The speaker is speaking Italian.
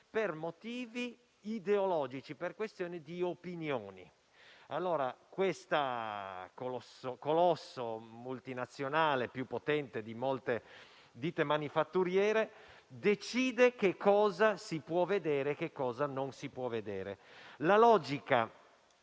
per motivi ideologici, per questioni di opinioni. Questo colosso multinazionale, più potente di molte ditte manifatturiere, decide cosa si può vedere e cosa non si può vedere. La logica